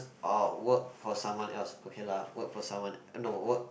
or work for someone else okay lah work for someone no work